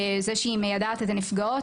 זה שהיא מיידעת את הנפגעות,